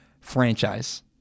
franchise